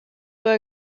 were